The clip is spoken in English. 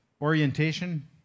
orientation